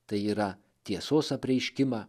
tai yra tiesos apreiškimą